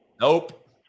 Nope